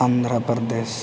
Andhra Pradesh